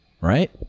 right